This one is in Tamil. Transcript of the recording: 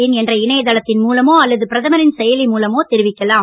இன் என்ற இணைய தளத்தின் மூலமோ அல்லது பிரதமரின் செயலி மூலமோ தெரிவிக்கலாம்